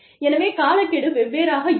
எனவே காலக்கெடு வெவ்வேறாக இருக்கும்